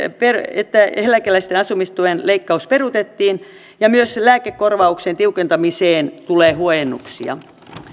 että eläkeläisten asumistuen leikkaus peruutettiin ja myös lääkekorvauksen tiukentamiseen tulee huojennuksia